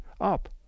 up